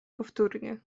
powtórnie